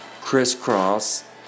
Crisscross